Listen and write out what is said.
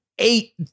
eight